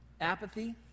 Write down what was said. apathy